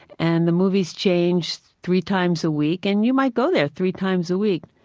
and the movies changed three times a week and you might go there three times a week.